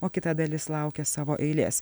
o kita dalis laukia savo eilės